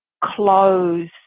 close